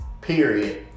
period